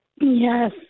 yes